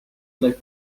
dal